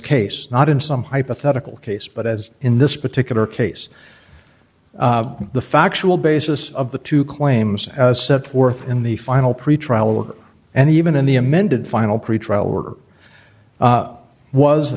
case not in some hypothetical case but as in this particular case the factual basis of the two claims set forth in the final pretrial order and even in the amended final pretrial order was